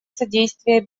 содействия